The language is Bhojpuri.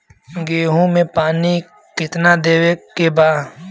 गेहूँ मे पानी कितनादेवे के बा?